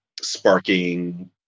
sparking